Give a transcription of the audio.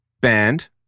band